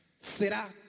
Será